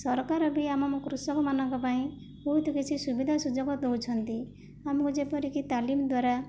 ସରକାର ବି ଆମ କୃଷକ ମାନଙ୍କ ପାଇଁ ବହୁତ କିଛି ସୁବିଧା ସୁଯୋଗ ଦେଉଛନ୍ତି ଆମକୁ ଯେପରି କି ତାଲିମ ଦ୍ଵାରା